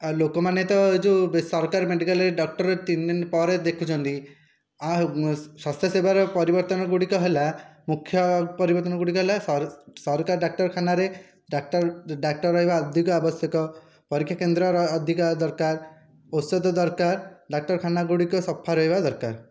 ଆଉ ଲୋକମାନେ ତ ଯେଉଁ ବେସରକାରୀ ମେଡ଼ିକାଲରେ ଡକ୍ଟର ତିନିଦିନି ପରେ ଦେଖୁଛନ୍ତି ଆଉ ସ୍ୱାସ୍ଥ୍ୟସେବାର ପରିବର୍ତ୍ତନ ଗୁଡ଼ିକ ହେଲା ମୁଖ୍ୟ ପରିବର୍ତ୍ତନ ଗୁଡ଼ିକ ହେଲା ସରକାରୀ ଡାକ୍ତରଖାନାରେ ଡାକ୍ତର ଡାକ୍ଟର ରହିବା ଅଧିକା ଆବଶ୍ୟକ ପରୀକ୍ଷା କେନ୍ଦ୍ରର ଅଧିକା ଦରକାର ଔଷଧ ଦରକାର ଡାକ୍ତରଖାନା ଗୁଡ଼ିକ ସଫା ରହିବା ଦରକାର